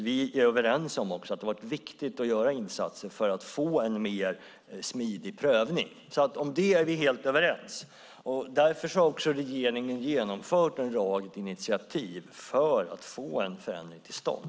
Vi är överens om att det är viktigt att göra insatser för att få en mer smidig prövning. Om det är vi helt överens. Därför har regeringen genomfört en rad initiativ för att få en förändring till stånd.